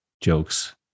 jokes